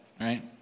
right